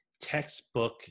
textbook